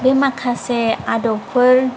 बे माखासे आदबफोर